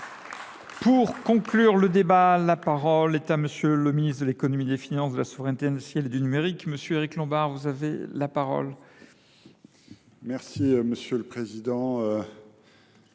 Pour conclure le débat, la parole est à monsieur le ministre de l'économie, des finances, de la souveraineté nationale et du numérique. Monsieur Eric Lombard, vous avez la parole. Merci, monsieur le Président.